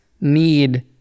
need